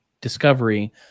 discovery